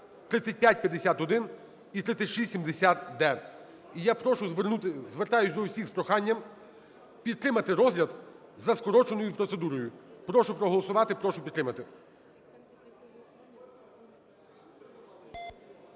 3551 і 3670-д). І я прошу звернути… звертаюсь до всіх із проханням підтримати розгляд за скороченою процедурою. Прошу проголосувати, прошу підтримати.